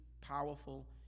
powerful